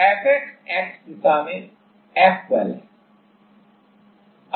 Fx x दिशा में F बल है